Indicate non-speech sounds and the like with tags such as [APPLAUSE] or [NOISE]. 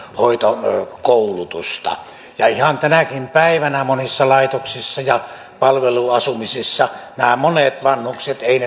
hoitokoulutusta ja ihan tänäkin päivänä monissa laitoksissa ja palveluasumisessa nämä monet vanhukset eivät [UNINTELLIGIBLE]